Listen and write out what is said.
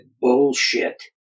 Bullshit